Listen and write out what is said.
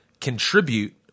contribute